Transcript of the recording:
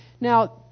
Now